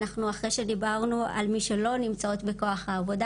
אחרי שדיברנו על מי שלא נמצאות בכוח העבודה,